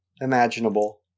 imaginable